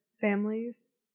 families